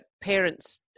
parents